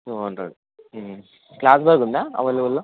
two hundred cloth bag ఉందా అవైలబుల్లో